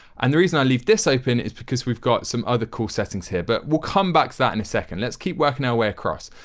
and the reason why i leave this open is because we've got some other cool settings here. but we'll come back to that in a second. let's keep working our way across.